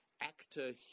actor